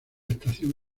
estación